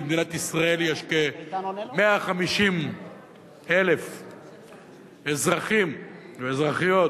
במדינת ישראל יש כ-150,000 אזרחים ואזרחיות